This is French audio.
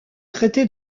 traité